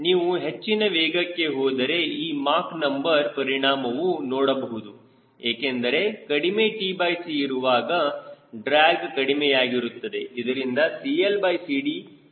ನೀವು ಹೆಚ್ಚಿನ ವೇಗಕ್ಕೆ ಹೋದರೆ ಈ ಮಾಕ್ ನಂಬರ್ ಪರಿಣಾಮವು ನೋಡಬಹುದು ಏಕೆಂದರೆ ಕಡಿಮೆ tc ಇರುವಾಗ ಡ್ರ್ಯಾಗ್ಕಡಿಮೆಯಾಗಿರುತ್ತದೆ ಇದರಿಂದ CLCD ಹೆಚ್ಚು ಆಗುತ್ತದೆ